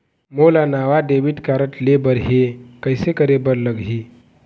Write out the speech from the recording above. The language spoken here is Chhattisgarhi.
मोला नावा डेबिट कारड लेबर हे, कइसे करे बर लगही?